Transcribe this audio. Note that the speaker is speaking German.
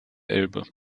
elbe